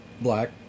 black